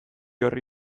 horri